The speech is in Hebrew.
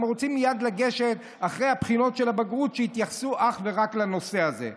הם רוצים מייד אחרי בחינות הבגרות שיתייחסו אך ורק לנושא הזה,